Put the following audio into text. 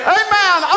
amen